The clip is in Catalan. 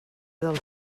del